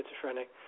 schizophrenic